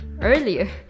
earlier